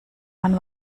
man